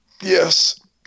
Yes